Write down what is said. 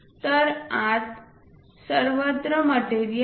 तर आत सर्वत्र मटेरियल आहे